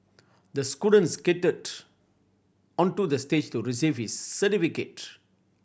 the student skated onto the stage to receive his certificate